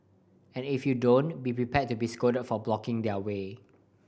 and if you don't be prepared to be scolded for blocking their way